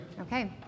Okay